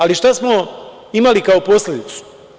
Ali, šta smo imali kao posledicu?